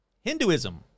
Hinduism